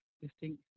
distinct